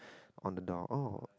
on the door oh